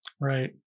Right